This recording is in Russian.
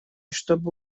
чтобы